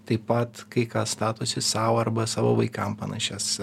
taip pat kai kas statosi sau arba savo vaikam panašias